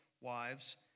wives